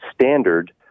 standard